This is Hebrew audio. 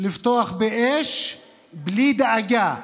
לפתוח באש בלי דאגה,